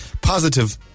positive